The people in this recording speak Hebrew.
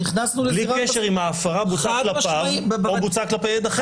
נכנסו לזירה --- בלי קשר אם ההפרה בוצעה כלפיו או בוצעה כלפי עד אחר.